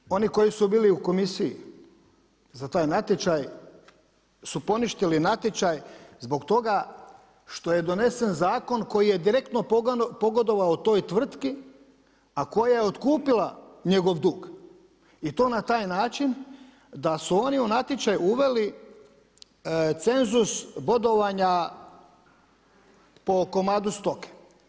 I dakle oni koji su bili u komisiji za taj natječaj su poništili natječaj zbog toga što je donesen zakon koji je direktno pogodovao toj tvrtki, a koja je otkupila njegov dug i to na taj način da su oni u natječaj uveli cenzus bodovanja po komadu stoke.